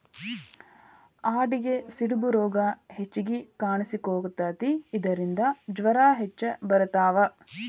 ಆಡಿಗೆ ಸಿಡುಬು ರೋಗಾ ಹೆಚಗಿ ಕಾಣಿಸಕೊತತಿ ಇದರಿಂದ ಜ್ವರಾ ಹೆಚ್ಚ ಬರತಾವ